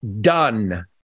done